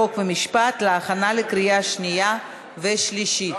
חוק ומשפט להכנה לקריאה שנייה ושלישית.